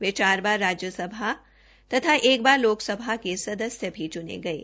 वे चार बार राज्यसभा तथा एक बार लोकसभा के सदस्य भी चूने गये